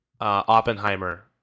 Oppenheimer